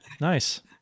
nice